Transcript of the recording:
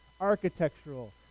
architectural